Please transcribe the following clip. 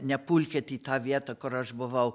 nepulkit į tą vietą kur aš buvau